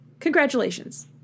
Congratulations